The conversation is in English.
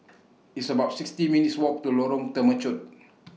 It's about sixty minutes' Walk to Lorong Temechut